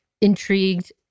intrigued